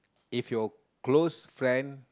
if your close friend